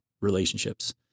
relationships